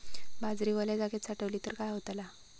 बाजरी वल्या जागेत साठवली तर काय होताला?